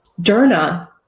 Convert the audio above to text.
DERNA